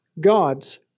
God's